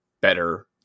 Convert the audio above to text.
better